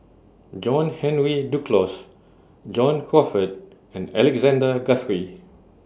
John Henry Duclos John Crawfurd and Alexander Guthrie